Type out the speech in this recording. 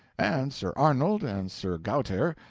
and sir arnold, and sir gauter,